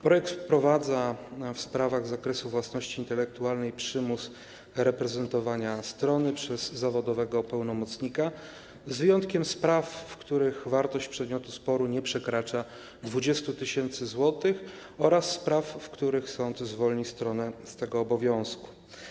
Projekt wprowadza w sprawach z zakresu własności intelektualnej przymus reprezentowania strony przez zawodowego pełnomocnika, z wyjątkiem spraw, w których wartość przedmiotu sporu nie przekracza 20 tys. zł, oraz spraw, w których sąd zwolnił stronę z tego obowiązku.